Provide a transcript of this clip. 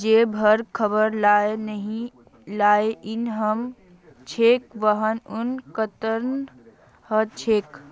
जे भेड़ खबार लायक नई ह छेक वहार ऊन कतरन ह छेक